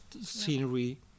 scenery